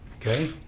okay